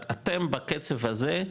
אתם בקצב הזה,